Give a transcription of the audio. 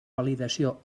validació